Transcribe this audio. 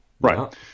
right